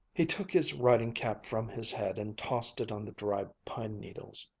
he took his riding-cap from his head and tossed it on the dried pine-needles.